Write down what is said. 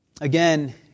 again